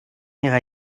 ihrer